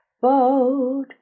boat